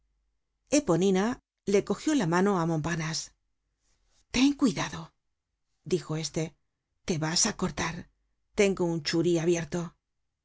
aquí eponina le cogió la mano á montparnase ten cuidado dijo éste te vas á cortar tengo un churi abierto